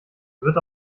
wird